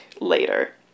later